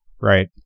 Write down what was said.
right